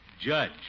Judge